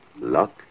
Luck